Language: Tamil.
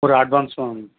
ஒரு அட்வான்ஸ் ஆ